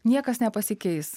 niekas nepasikeis